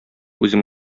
үзем